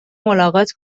ملاقات